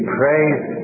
praise